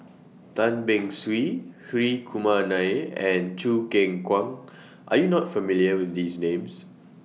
Tan Beng Swee Hri Kumar Nair and Choo Keng Kwang Are YOU not familiar with These Names